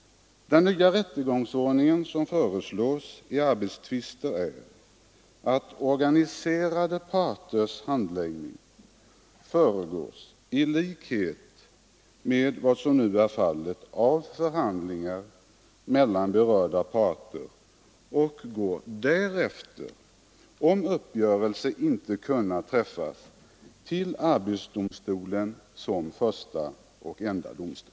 Den nya rättegångsordning i arbetstvister som föreslås innebär, när det gäller organiserade parter, att förhandlingar först skall föras mellan parterna. Därefter går målet, om uppgörelse inte kunnat träffas, till arbetsdomstolen som första och enda domstol.